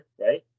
right